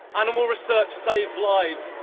animal research saves lives,